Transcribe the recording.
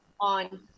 on